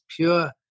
pure